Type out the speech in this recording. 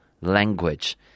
language